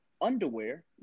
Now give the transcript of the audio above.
underwear